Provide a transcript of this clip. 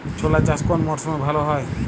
ছোলা চাষ কোন মরশুমে ভালো হয়?